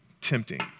tempting